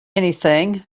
anything